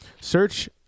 search